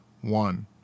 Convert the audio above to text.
one